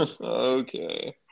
okay